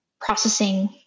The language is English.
processing